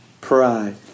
pride